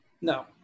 No